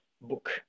book